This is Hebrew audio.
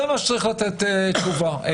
ועל זה צריך לתת תשובה.